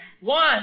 One